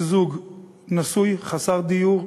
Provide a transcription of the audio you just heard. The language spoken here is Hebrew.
זוג נשוי חסר דיור,